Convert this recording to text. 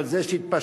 אבל זה שהתפשרת,